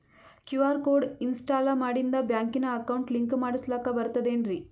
QR code install ಮಾಡಿಂದ ಬ್ಯಾಂಕಿನ account link ಮಾಡಸ್ಲಾಕ ಬರ್ತದೇನ್ರಿ